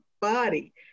body